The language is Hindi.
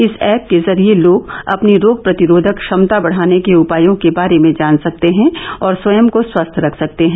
इस ऐप के जरिए लोग अपनी रोग प्रतिरोधक क्षमता बढ़ाने के उपायों के बारे में जान सकते हैं और स्वयं को स्वस्थ रख सकते हैं